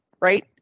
right